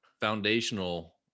foundational